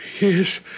Yes